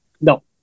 no